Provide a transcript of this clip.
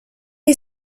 est